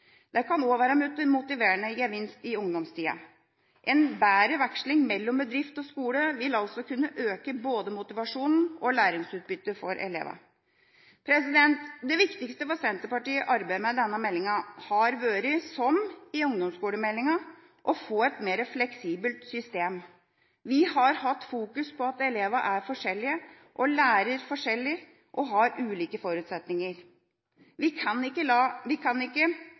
Det kan også være en motiverende gevinst i ungdomstida. En bedre veksling mellom bedrift og skole vil altså kunne øke både motivasjonen og læringsutbyttet for elevene. Det viktigste for Senterpartiet i arbeidet med denne meldinga har vært – som i ungdomsskolemeldinga – å få et mer fleksibelt system. Vi har hatt fokus på at elevene er forskjellige, lærer forskjellig og har ulike forutsetninger. Vi kan ikke alle bli dansere i verdenstoppen. Og vi kan heller ikke